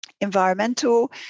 environmental